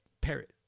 parrot